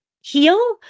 heal